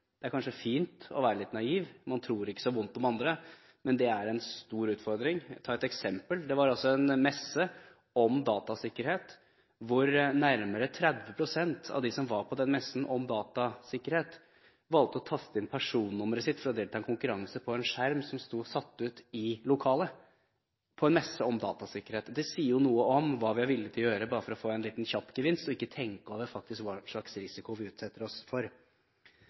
Det er kanskje fint å være litt naiv, at man ikke tror vondt om andre, men det er en stor utfordring. Jeg kan ta et eksempel fra en messe om datasikkerhet, hvor nærmere 30 pst. av dem som var på denne messen, valgte å taste inn personnummeret sitt på en skjerm som var satt ut i lokalet, for å delta i en konkurranse – på en messe om datasikkerhet! Det sier jo noe om hva vi er villig til å gjøre bare for å få en liten, kjapp gevinst, og at vi ikke tenker over hva slags risiko vi utsetter oss for.